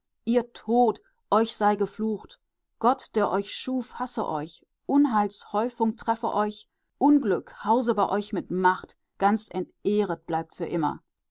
ihr tod euch sei geflucht gott der euch schuf hasse euch unheils häufung treffe euch unglück hause bei euch mit macht ganz entehret bleibt für immer